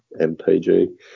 MPG